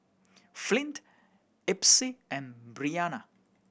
Flint Epsie and Breana